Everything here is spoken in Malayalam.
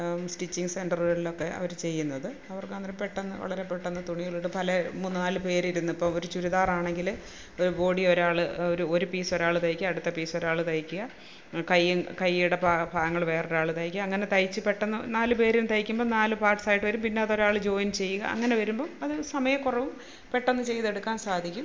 സ്റ്റിച്ചിങ് സെൻറ്ററുകളിലൊക്കെ അവർ ചെയ്യുന്നത് അവർക്ക് അന്നേരം പെട്ടെന്നു വളരെ പെട്ടെന്നു തുണികൾ പല മൂന്നാലു പേരിരുന്ന് ഇപ്പോൾ ഒരു ചുരിദാറാണെങ്കിൽ ബോഡി ഒരാൾ ഒരു ഒരു പീസ് ഒരാൾ തയ്ക്കുക അടുത്ത പീസ് ഒരാൾ തയ്ക്കുക കയ്യി കയ്യുടെ ഭാഗങ്ങൾ വേറൊരാൾ തയ്ക്കുക അങ്ങനെ തയ്ച്ചു പെട്ടെന്നു നാലു പേരും തയ്ക്കുമ്പോൾ നാലു പാർട്സായി വരും പിന്നെ അതൊരാൾ ജോയിൻ ചെയ്യുക അങ്ങനെ വരുമ്പം അതു സമയക്കുറവും പെട്ടെന്നു ചെയ്തെടുക്കാം സാധിക്കും